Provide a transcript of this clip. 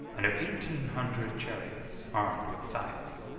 and of eighteen hundred chariots armed with scythes.